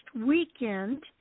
weekend